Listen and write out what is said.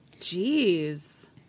Jeez